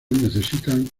necesitan